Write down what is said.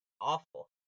awful